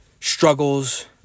struggles